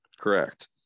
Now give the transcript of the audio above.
Correct